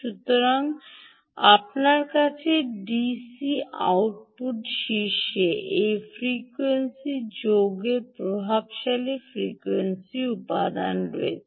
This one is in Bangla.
সুতরাং আপনার কাছে ডিসি আউটপুট শীর্ষে এই ফ্রিকোয়েন্সি যৌগের প্রভাবশালী ফ্রিকোয়েন্সি উপাদান রয়েছে